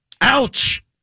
Ouch